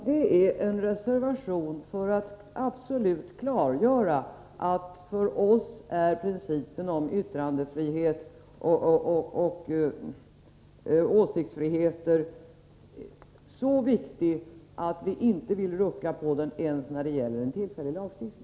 Fru talman! Reservationen är till för att helt och fullt klargöra att principen om yttrandefrihet och åsiktsfrihet för oss är så viktig att vi inte vill rucka på den ens när det gäller en tillfällig lagstiftning.